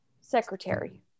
secretary